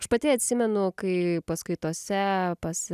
aš pati atsimenu kai paskaitose pas